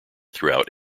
throughout